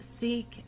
seek